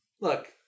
Look